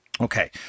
Okay